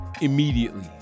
immediately